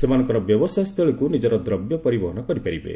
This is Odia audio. ସେମାନଙ୍କର ବ୍ୟବସାୟସ୍ଥଳୀକୁ ନିଜର ଦ୍ରବ୍ୟ ପରିବହନ କରିପାରିବେ